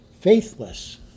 faithless